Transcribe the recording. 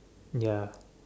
ya